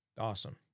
Awesome